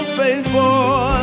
faithful